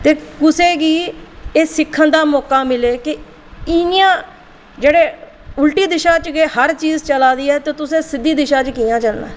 ते कुसै गी एह् सिक्खन दा मौका मिलै कि इ'यां जेह्ड़े कि उल्टी दिशा च गै हर चीज़ चला दी ऐ ते तुसें सिद्धी दिशा च कि'यां चलना ऐ